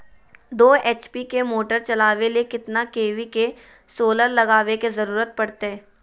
दो एच.पी के मोटर चलावे ले कितना के.वी के सोलर लगावे के जरूरत पड़ते?